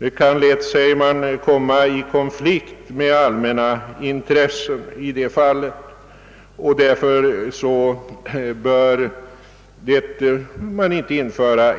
Detta skydd kan lätt komma i konflikt med allmänna intressen i det fallet, varför